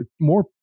more